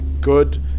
good